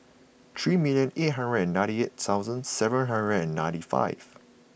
three minute eight hundred ninety eight thousand seven hundred ninety five